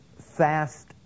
fast